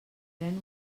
pren